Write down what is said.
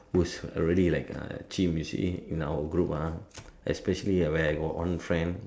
who's already like a team you see in our group ah especially when I got one friend